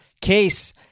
case